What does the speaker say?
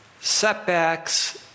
Setbacks